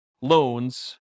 loans